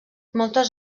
moltes